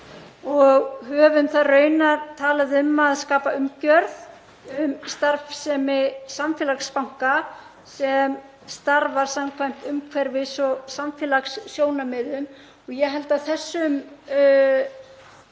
og höfum raunar talað um að skapa umgjörð um starfsemi samfélagsbanka sem starfar samkvæmt umhverfis- og samfélagssjónarmiðum. Ég held að þessum